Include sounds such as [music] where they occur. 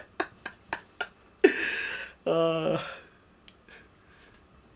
[laughs] ah